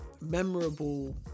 memorable